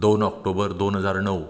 दोन ऑक्टोबर दोन हजार णव